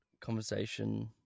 conversation